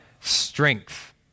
strength